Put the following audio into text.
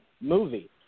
movie